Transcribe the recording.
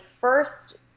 first